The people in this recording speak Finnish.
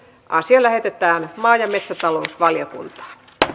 asia lähetetään maa ja metsätalousvaliokuntaan